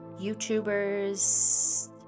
YouTubers